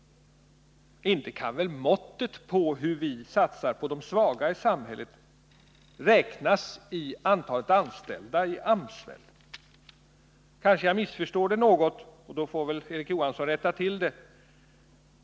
Inte kan väl vår satsning på de svaga i samhället mätas i antalet anställda i arbetsmarknadsverket? Kanske jag missförstår det något, och då får väl Erik Johansson rätta till det.